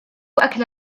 أكل